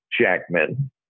Jackman